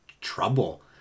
trouble